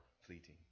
fleeting